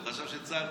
הוא חשב שצה"ל